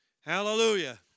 Hallelujah